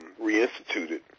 reinstituted